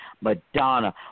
Madonna